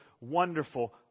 wonderful